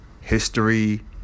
history